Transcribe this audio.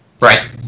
Right